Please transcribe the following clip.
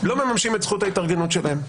לא מממשים את זכות ההתארגנות שלהם.